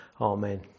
Amen